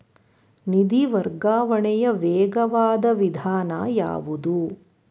ನಿಧಿ ವರ್ಗಾವಣೆಯ ವೇಗವಾದ ವಿಧಾನ ಯಾವುದು?